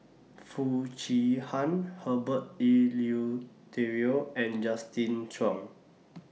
Foo Chee Han Herbert Eleuterio and Justin Zhuang